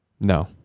No